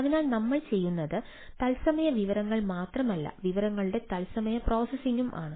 അതിനാൽ നമ്മൾ ചെയ്യുന്നത് തത്സമയ വിവരങ്ങൾ മാത്രമല്ല വിവരങ്ങളുടെ തത്സമയ പ്രോസസ്സിംഗും ആണ്